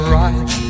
right